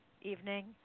evening